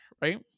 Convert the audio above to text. right